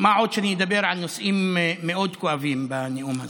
מה עוד שאני אדבר על נושאים מאוד כואבים בנאום הזה.